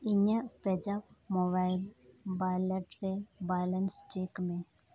ᱤᱧᱟᱹᱜ ᱯᱮ ᱡᱟᱯ ᱢᱳᱵᱟᱭᱤᱞ ᱵᱟᱭᱞᱮᱴ ᱨᱮ ᱵᱟᱭᱞᱮᱱᱥ ᱪᱮᱠ ᱢᱮ